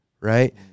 right